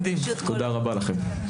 תודה רבה לכם.